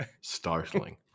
startling